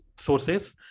sources